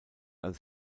als